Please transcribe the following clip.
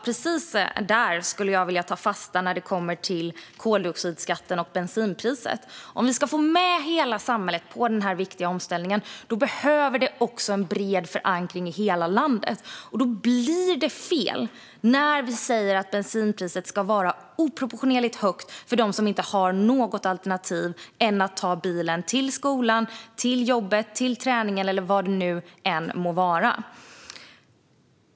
Precis det skulle jag vilja ta fasta på när det kommer till koldioxidskatten och bensinpriser: Om vi ska få med hela samhället på den här viktiga omställningen behövs också en bred förankring i hela landet. Då blir det fel när vi säger att bensinpriset ska vara oproportionerligt högt för dem som inte har något alternativ till att ta bilen till skolan, jobbet, träningen eller vad det nu må vara.